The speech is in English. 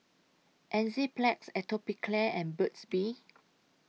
Enzyplex Atopiclair and Burt's Bee